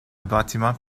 bâtiment